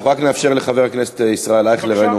אנחנו רק נאפשר לחבר הכנסת ישראל אייכלר, בבקשה.